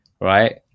right